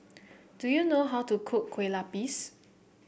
do you know how to cook Kueh Lapis